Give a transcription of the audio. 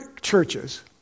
churches